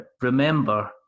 remember